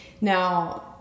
Now